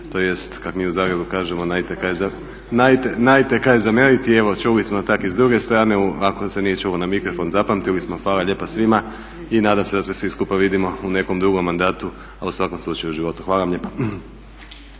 tj. kak mi u Zagrebu kažemo najte kaj zamjeriti. I evo čuli smo tako i iz druge strane, ako se nije čulo na mikrofon, zapamtili smo. Hvala lijepa svima i nadam se da se svi skupa vidimo u nekom drugom mandatu a u svakom slučaju u životu. Hvala vam lijepa.